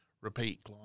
repeat